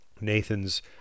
nathan's